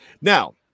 Now